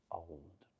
old